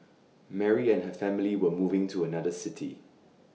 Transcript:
Mary and her family were moving to another city